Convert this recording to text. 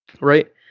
right